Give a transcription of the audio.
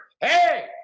Hey